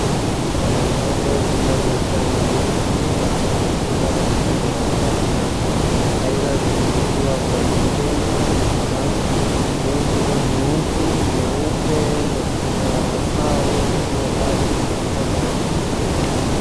Mbele kuna ng'ombe zinazo chana mti na kukula nyasi, aidha zimefungiwa kwenye chuma lenye rangi nyeusi, nyeupe na kuna mawe iliyo pale, kuna mkono wa mtu.